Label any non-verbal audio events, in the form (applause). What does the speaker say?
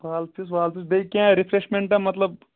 (unintelligible) بیٚیہِ کیٚنٛہہ رفریشمنٹہ مطلب